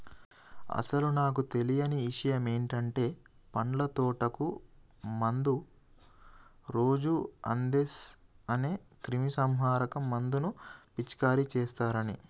అసలు నాకు తెలియని ఇషయమంటే పండ్ల తోటకు మందు రోజు అందేస్ అనే క్రిమీసంహారక మందును పిచికారీ చేస్తారని